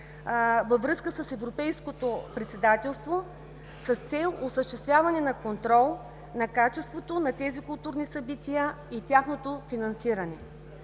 във връзка с европейското председателство, с цел осъществяване на контрол на качеството на тези културни събития и тяхното финансиране,